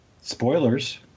Spoilers